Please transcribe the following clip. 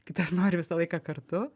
kitas nori visą laiką kartu